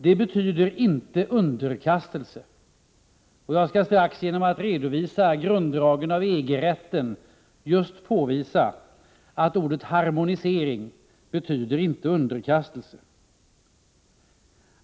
Det betyder inte underkastelse, och jag skall strax påvisa det genom att redogöra för grunddragen av EG-rätten.